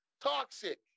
toxic